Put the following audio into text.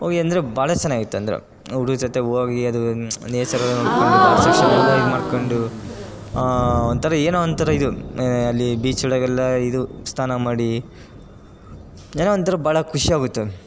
ಹೋಗಿ ಅಂದರೆ ಭಾಳ ಚೆನ್ನಾಗಿತ್ತು ಅಂದ್ರೂ ಹುಡುಗ್ರು ಜೊತೆ ಹೋಗಿ ಅದು ನೇಸರ ನೋಡ್ಕೊಂಡು ಘಾಟ್ ಸೆಕ್ಷನ್ ಎಲ್ಲ ಇದು ಮಾಡ್ಕೊಂಡು ಒಂಥರ ಏನೋ ಒಂಥರ ಇದು ಅಲ್ಲಿ ಬೀಚ್ಗಳಿಗೆಲ್ಲ ಇದು ಸ್ನಾನ ಮಾಡಿ ಏನೋ ಒಂಥರ ಭಾಳ ಖುಷ್ಯಾಗಿ ಹೋಯ್ತು